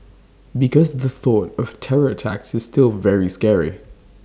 because the thought of terror attacks is still very scary